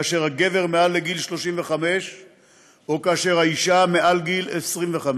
כאשר הגבר מעל גיל 35 או כאשר האישה מעל גיל 25,